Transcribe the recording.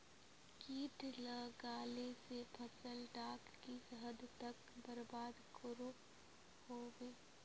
किट लगाले से फसल डाक किस हद तक बर्बाद करो होबे?